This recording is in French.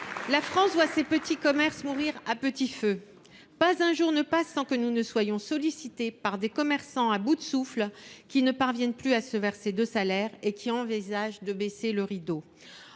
la France voit ses petits commerces mourir à petit feu. Pas un jour ne passe sans que nous soyons sollicités par des commerçants à bout de souffle, qui ne parviennent plus à se verser de salaire et qui envisagent de baisser le rideau.